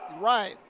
Right